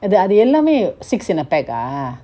அது அது எல்லாமே:athu athu ellame six in a pack ah